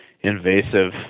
invasive